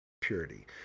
purity